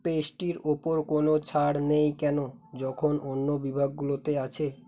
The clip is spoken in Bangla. পেস্ট্রির ওপর কোনও ছাড় নেই কেন যখন অন্য বিভাগগুলোতে আছে